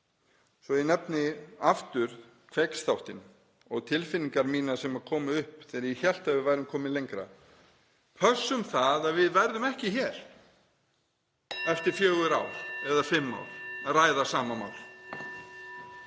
svo ég nefni aftur Kveiksþáttinn og tilfinningar mínar sem komu upp þegar ég hélt að við værum komin lengra: Pössum það að við verðum ekki hér (Forseti hringir.) eftir fjögur ár eða fimm ár að ræða sama mál.